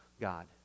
God